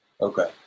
Okay